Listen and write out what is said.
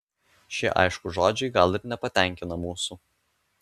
šie aiškūs žodžiai gal ir nepatenkina mūsų